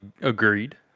Agreed